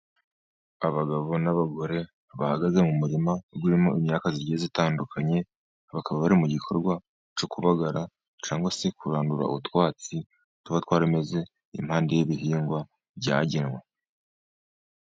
Abagabo n'abagore bahagaze mu murima urimo imyaka igiye itandukanye, bakaba bari mu gikorwa cyo kubagara, cyangwa se kurandura utwatsi tuba twarameze impande y'ibihingwa byagenwe.